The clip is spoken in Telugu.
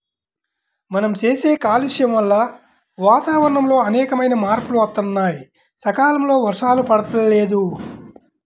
మనం చేసే కాలుష్యం వల్ల వాతావరణంలో అనేకమైన మార్పులు వత్తన్నాయి, సకాలంలో వర్షాలు పడతల్లేదు